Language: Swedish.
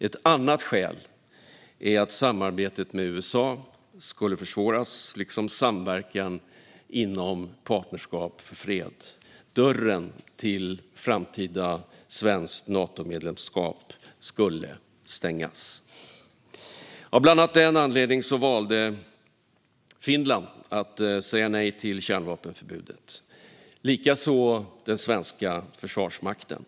Ett annat skäl är att samarbetet med USA skulle försvåras liksom samverkan inom Partnerskap för fred. Dörren till ett framtida svenskt Natomedlemskap skulle stängas. Av bland annat denna anledning valde Finland att säga nej till kärnvapenförbudet, likaså den svenska försvarsmakten.